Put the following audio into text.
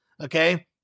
Okay